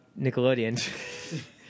Nickelodeon